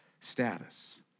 status